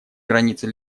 границы